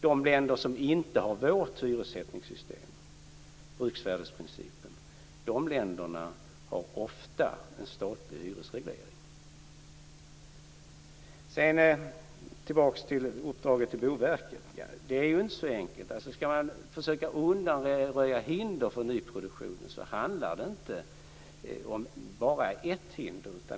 De länder som inte har vårt hyressättningssystem, bruksvärdesprincipen, har ofta en statlig hyresreglering. Tillbaka till uppdraget till Boverket. Det är inte så enkelt. Skall man försöka undanröja hinder för nyproduktionen handlar det inte bara om ett hinder.